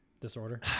disorder